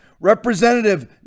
Representative